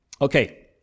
Okay